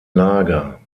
lager